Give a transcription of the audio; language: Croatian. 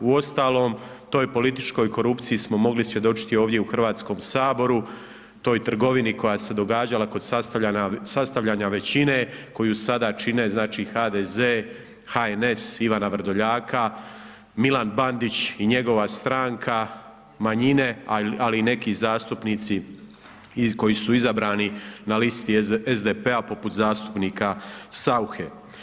Uostalom, toj političkoj korupciji smo mogli svjedočiti ovdje u HS-u, toj trgovini koja se događala kod sastavljanja većine, koju sada čine znači HDZ, HNS Ivana Vrdoljaka, Milan Bandić i njegova stranka, manjine, ali i neki zastupnici koji su izabrani na listu SDP-a poput zastupnika Sauche.